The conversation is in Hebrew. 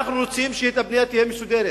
אנחנו רוצים שהבנייה תהיה מסודרת,